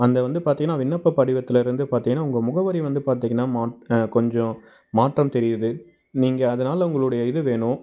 அந்த வந்து பார்த்தீங்கன்னா விண்ணப்பப் படிவத்திலருந்து பார்த்தீங்கன்னா உங்கள் முகவரி வந்து பார்த்தீங்கன்னா மான் கொஞ்சம் மாற்றம் தெரியுது நீங்கள் அதனால் உங்களுடைய இது வேணும்